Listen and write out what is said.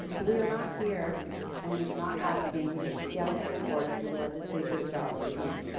but we are not here and not asking the seattle school boards to do the legislature's job this evening.